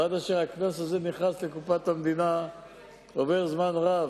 ועד אשר הקנס הזה נכנס לקופת המדינה עובר זמן רב,